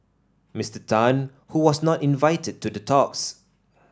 Mister Tan who was not invited to the talks